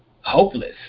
hopeless